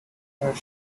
where